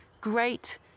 Great